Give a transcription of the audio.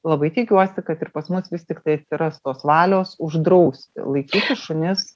labai tikiuosi kad ir pas mus vis tiktai atsiras tos valios uždrausti laikyti šunis